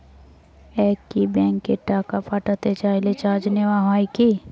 একই ব্যাংকে টাকা পাঠাতে চাইলে চার্জ নেওয়া হয় কি?